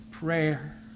prayer